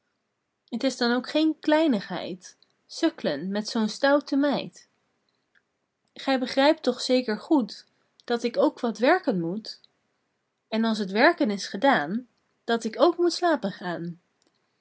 is dan ook geen kleinigheid sukk'len met zoo'n stoute meid pieter louwerse alles zingt gij begrijpt toch zeker goed dat ik ook wat werken moet en als t werken is gedaan dat ik ook moet slapen gaan